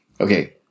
Okay